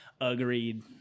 Agreed